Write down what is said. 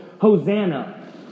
Hosanna